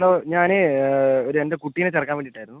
hello ഞാൻ ഒരു എൻ്റെ കുട്ടീനെ ചേർക്കാൻ വേണ്ടിയിട്ടായിരുന്നു